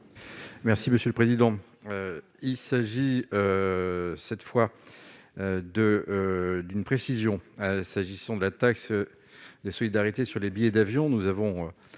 Merci monsieur le président, il s'agit. Cette fois, de, d'une précision s'agissant de la taxe de solidarité sur les billets d'avion, nous avons